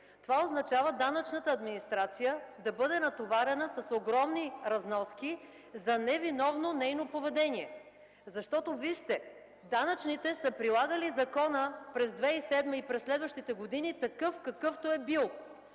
това означава данъчната администрация да бъде натоварена с огромни разноски за невиновно нейно поведение. Защото, вижте, данъчните са прилагали закона през 2007 г. и през следващите години такъв, какъвто е бил.